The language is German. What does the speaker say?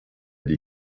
die